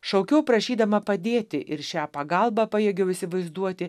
šaukiau prašydama padėti ir šią pagalbą pajėgiau įsivaizduoti